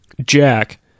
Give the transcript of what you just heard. Jack